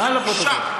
בושה.